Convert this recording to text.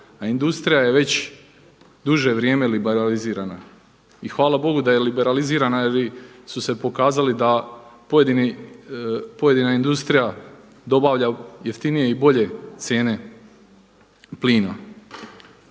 a industrija je već duže vrijeme liberalizirana. I hvala Bogu da je liberalizirana jer su se pokazali da pojedina industrija dobavlja jeftinije i bolje cijene plina.